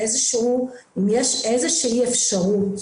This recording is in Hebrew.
אם יש איזושהי אפשרות